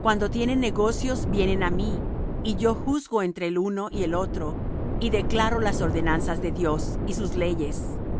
cuando tienen negocios vienen á mí y yo juzgo entre el uno y el otro y declaro las ordenanzas de dios y sus leyes